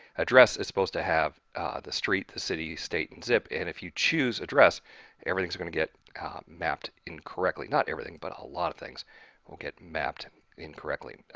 address is supposed to have the street, the city, state and zip and if you choose address everything is gonna get mapped incorrectly not everything, but a lot of things will get mapped incorrectly.